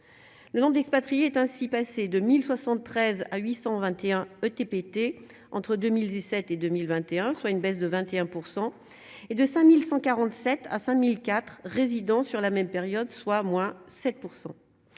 le nombre d'expatriés est ainsi passé de 1073 à 821 ETPT entre 2017 et 2021, soit une baisse de 21 % et de 5147 à 5004 résidant sur la même période soit moi 7